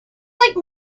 like